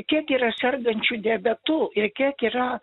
kiek yra sergančių diabetu ir kiek yra